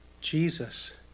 Jesus